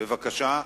בבקשה.